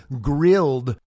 grilled